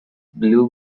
blue